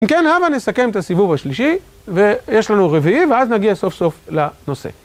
אם כן הבה נסכם את הסיבוב השלישי ויש לנו רביעי ואז נגיע סוף סוף לנושא.